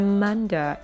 Amanda